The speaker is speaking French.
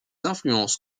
influences